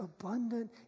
abundant